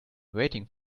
waiting